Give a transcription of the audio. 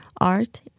art